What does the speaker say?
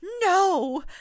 no